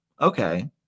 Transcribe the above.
Okay